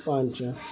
ପାଞ୍ଚ